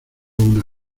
una